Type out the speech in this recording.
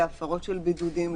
להפרות של בידודים,